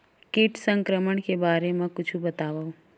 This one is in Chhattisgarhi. कीट संक्रमण के बारे म कुछु बतावव?